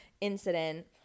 incident